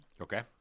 Okay